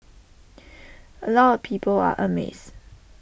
A lot of people are amazed